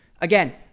again